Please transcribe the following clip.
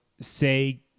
say